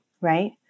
right